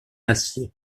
acier